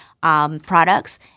products